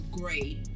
great